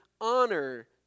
honor